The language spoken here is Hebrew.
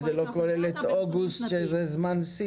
זה גם לא כולל את אוגוסט שהוא זמן שיא.